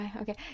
okay